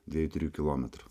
dviejų trijų kilometrų